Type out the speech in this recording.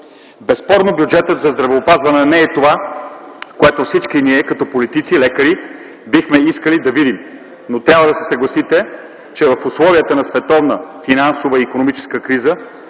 Безспорно бюджетът за здравеопазване не е това, което всички ние като политици и лекари бихме искали да видим, но трябва да се съгласите, че в условията на световна финансова и икономическа криза